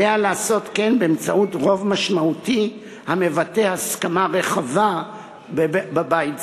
עליה לעשות כן באמצעות רוב משמעותי המבטא הסכמה רחבה בבית זה.